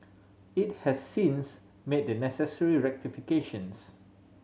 it has since made the necessary rectifications